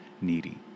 needy